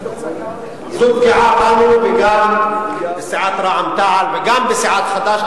זו פגיעה בנו וגם בסיעת רע"ם-תע"ל וגם בסיעת חד"ש,